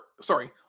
sorry